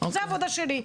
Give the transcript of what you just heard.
זו העבודה שלי.